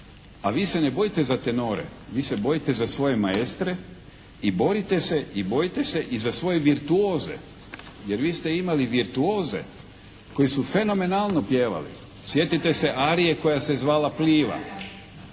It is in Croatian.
a vi se ne bojite za tenore, vi se bojite za svoje maestre i borite i bojite se i za svoje virtuoze, jer vi ste imali virtuoze koji su fenomenalno pjevali. Sjetite se arije koja se zvala "Pliva".